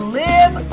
live